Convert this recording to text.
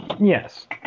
Yes